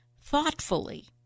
thoughtfully